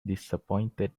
disappointed